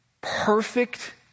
Perfect